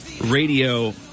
radio